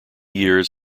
years